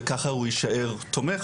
וככה הוא יישאר תומך,